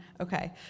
Okay